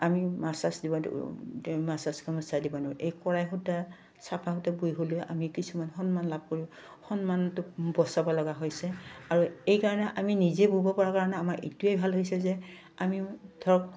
আমি দিবওঁ গামোচা দিব নোৱাৰোঁ এই কৰাই সূতা চাফা সূতা বুই হ'লৈও আমি কিছুমান সন্মান লাভ কৰোঁ সন্মানটো বচাব লগা হৈছে আৰু এইকাৰণে আমি নিজে বুব পৰাৰ কাৰণে আমাৰ এইটোৱেই ভাল হৈছে যে আমি ধৰক